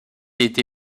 été